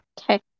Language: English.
Okay